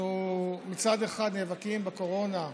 מצד אחד, אנחנו נאבקים בקורונה.